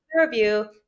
review